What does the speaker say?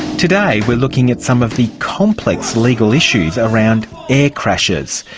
today we're looking at some of the complex legal issues around air crashes.